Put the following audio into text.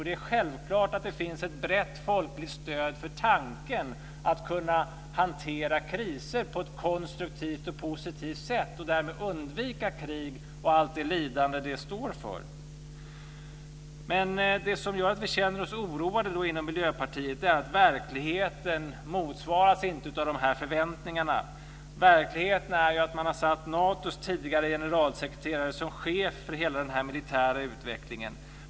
Det är självklart att det finns ett brett folkligt stöd för tanken att kunna hantera kriser på ett konstruktivt och positivt sätt och därmed undvika krig och allt det lidande som det står för. Det som gör att vi känner oss oroade inom Miljöpartiet är att verkligheten inte motsvarar förväntningarna. Verkligheten är att man har satt Natos tidigare generalsekreterare som chef för hela den militära utvecklingen.